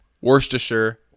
worcestershire